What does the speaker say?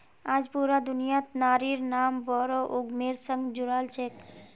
आज पूरा दुनियात नारिर नाम बोरो उद्यमिर संग जुराल छेक